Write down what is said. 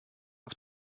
auf